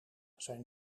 zijn